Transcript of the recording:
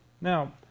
Now